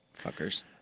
Fuckers